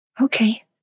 Okay